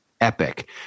epic